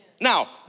Now